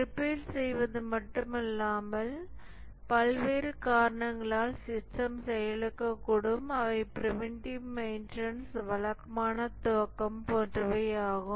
repair செய்வது மட்டுமல்லாமல் பல்வேறு காரணங்களால் சிஸ்டம் செயலிழக்கக்கூடும் அவை பிரீவன்டிவ் மெயின்டனன்ஸ் வழக்கமான துவக்கம் போன்றவை ஆகும்